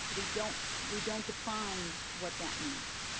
we don't we don't define what that means?